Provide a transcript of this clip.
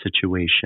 situation